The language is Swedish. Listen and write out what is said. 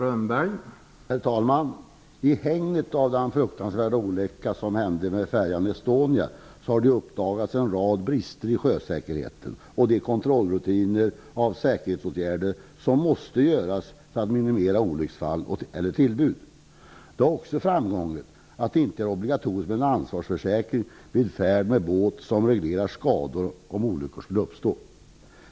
Herr talman! I hägnet av den fruktansvärda olycka som hände med färjan Estonia har en rad brister i sjösäkerheten uppdagats. Det gäller kontrollrutiner och säkerhetsåtgärder som måste vidtas för att minimera risken för olycksfall eller tillbud. Det har också framkommit att ansvarsförsäkring som reglerar skador om olyckor skulle inträffa inte är obligatorisk vid färd med båt.